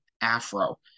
Afro